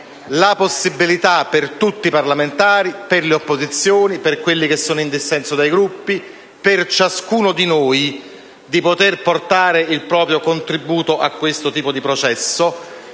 la possibilità per tutti i parlamentari, per le opposizioni, per quelli che sono in dissenso dai Gruppi e per ciascuno di noi, di fornire il proprio contributo a tale processo.